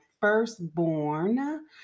firstborn